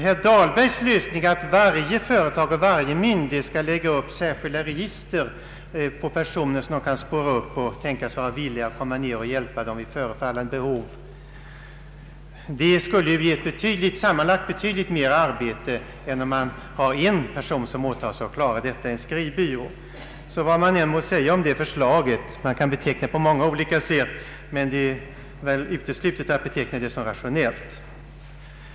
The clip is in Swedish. Herr Dahlbergs förslag att varje företag och varje myndighet skall lägga upp särskilda register på personer som kan tänkas vara villiga att hjälpa dem vid förekommande behov skulle medföra ett betydligt större sammanlagt arbete än om bara en person åtog sig att klara detta genom att starta en skrivbyrå. Vad man än kan säga om det förslaget — man kan beteckna det på många olika sätt — är det uteslutet att det kan kallas rationellt.